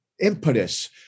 impetus